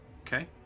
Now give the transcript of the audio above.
Okay